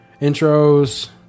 Intros